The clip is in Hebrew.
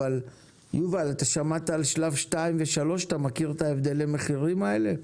אבל יובל אתה שמעת על שלב 2 ו-3 אתה מכיר את הבדלי המחירים האלה?